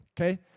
okay